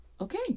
Okay